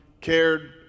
cared